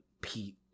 Pete